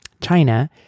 China